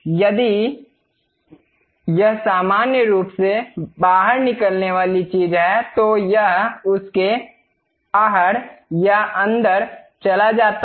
यदि यह सामान्य रूप से बाहर निकलने वाली चीज है तो यह उस के बाहर या अंदर चला जाता है